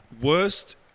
worst